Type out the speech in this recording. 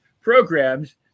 programs